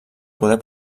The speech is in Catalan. poder